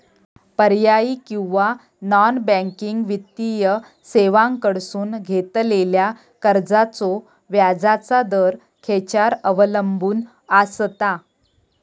पर्यायी किंवा non banking वित्तीय सेवांकडसून घेतलेल्या कर्जाचो व्याजाचा दर खेच्यार अवलंबून आसता?